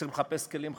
צריכים לחפש כלים חדשים.